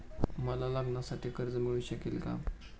मला लग्नासाठी कर्ज मिळू शकेल का?